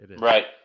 Right